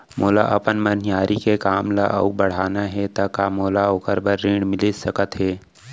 मोला अपन मनिहारी के काम ला अऊ बढ़ाना हे त का मोला ओखर बर ऋण मिलिस सकत हे?